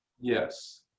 Yes